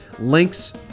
Links